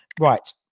Right